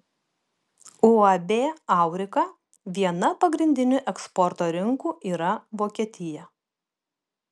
uab aurika viena pagrindinių eksporto rinkų yra vokietija